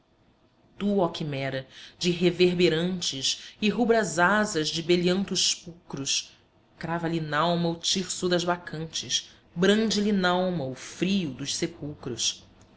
oh quimera de reverberantes e rubras asas de beliantos pulcros crava lhe nalma o tirso das bacantes brande lhe nalma o frio dos sepulcros